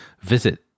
visit